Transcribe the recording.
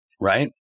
right